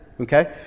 okay